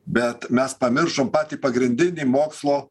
bet mes pamiršom patį pagrindinį mokslo